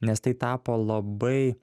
nes tai tapo labai